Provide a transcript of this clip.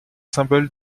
symboles